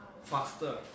faster